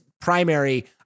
primary